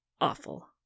awful